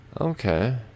Okay